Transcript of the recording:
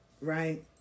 right